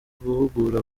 guhugura